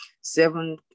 seven